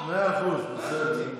מאה אחוז, בסדר.